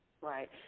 Right